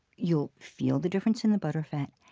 you'll feel the difference in the butterfat,